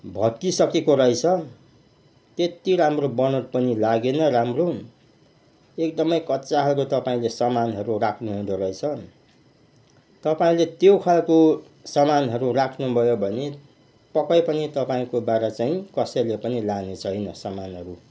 भत्किसकेको रहेछ त्यति राम्रो बनोट पनि लागेन राम्रो एकदमै कच्चा खालको तपाईँले सामानहरू राख्नु हुँदोरहेछ तपाईँले त्यो खालको सामानहरू राख्नुभयो भने पक्का पनि तपाईँकोबाट चाहिँ कसैले पनि लाने छैन सामानहरू